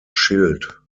schild